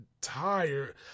tired